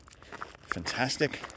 fantastic